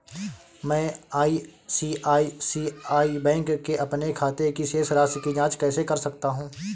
मैं ICICI bank के अपने खाते की शेष राशि की जाँच कैसे कर सकता हूँ?